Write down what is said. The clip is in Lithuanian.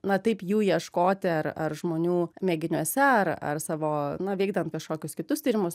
na taip jų ieškoti ar ar žmonių mėginiuose ar ar savo na vykdant kažkokius kitus tyrimus